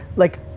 like,